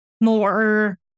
more